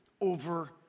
over